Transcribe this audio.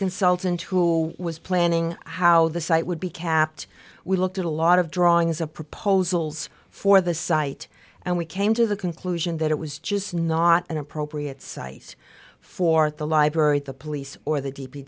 consultant who was planning how the site would be kept we looked at a lot of drawings of proposals for the site and we came to the conclusion that it was just not an appropriate site for the library the police or the d